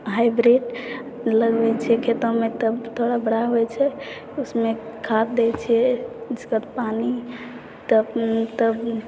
hybrid लगबैत छै खेतोमे तऽ थोड़ा बड़ा होइत छै ओहिमे खाद्य दै छै ओहिके बाद पानि तब तब